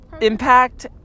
impact